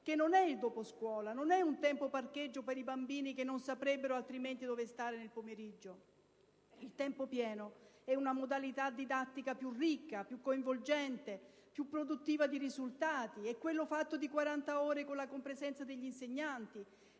che non è il doposcuola, non è un tempo parcheggio per i bambini che non saprebbero altrimenti dove stare nel pomeriggio. Il tempo pieno è una modalità didattica più ricca, più coinvolgente, più produttiva di risultati: quello fatto di 40 ore con la compresenza degli insegnanti.